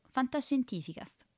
Fantascientificast